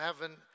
heaven